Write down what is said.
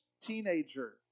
teenager